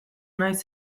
naiz